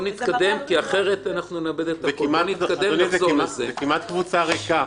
זו כמעט קבוצה ריקה.